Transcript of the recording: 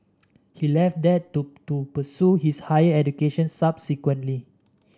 he left that too to pursue his higher education subsequently